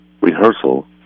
rehearsal